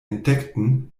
entdeckten